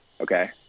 okay